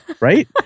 right